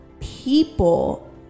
people